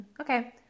okay